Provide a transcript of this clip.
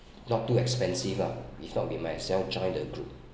not too expensive lah if not we might as well join the group